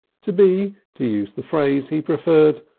to be, to use the phrase he preferred,